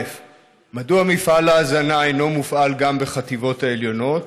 1. מדוע מפעל ההזנה אינו מופעל גם בחטיבות העליונות?